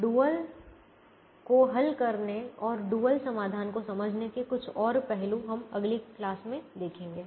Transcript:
dual को हल करने और डुअल समाधान को समझने के कुछ और पहलू हम अगली क्लास में देखेंगे